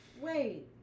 Wait